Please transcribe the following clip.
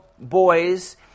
boys